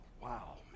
wow